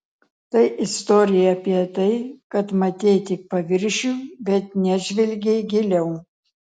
tai istorija apie tai kad matei tik paviršių bet nežvelgei giliau